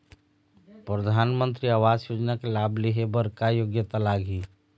परधानमंतरी आवास योजना के लाभ ले हे बर का योग्यता लाग ही?